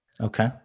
Okay